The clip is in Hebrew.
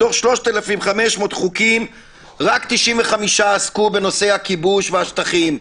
מתוך 3,500 חוקים רק 95 עסקו בנושא הכיבוש והשטחים.